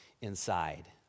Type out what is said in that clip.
inside